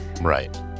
Right